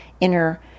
inner